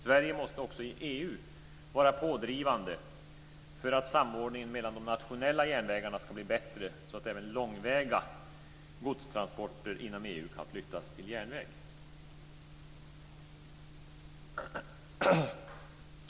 Sverige måste också i EU vara pådrivande för att samordningen mellan de nationella järnvägarna ska bli bättre så att även långväga godstransporter inom EU kan flyttas till järnväg.